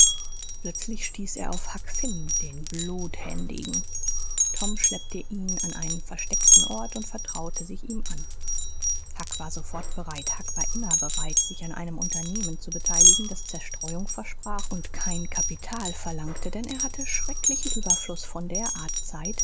plötzlich stieß er auf huck finn den bluthändigen tom schleppte ihn an einen versteckten ort und vertraute sich ihm an huck war sofort bereit huck war immer bereit sich an einem unternehmen zu beteiligen das zerstreuung versprach und kein kapital verlangte denn er hatte schrecklichen überfluß von der art zeit